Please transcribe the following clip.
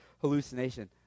hallucination